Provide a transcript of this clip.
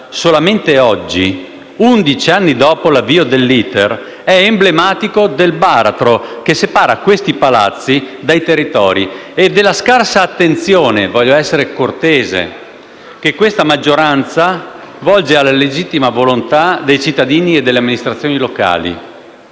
solamente oggi, undici anni dopo l'avvio dell'*iter*, è emblematico del baratro che separa questi Palazzi dai territori e della scarsa attenzione - voglio essere cortese - che la maggioranza rivolge alla legittima volontà dei cittadini e delle amministrazioni locali.